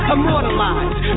Immortalized